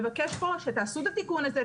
לבקש פה שתעשו את התיקון הזה,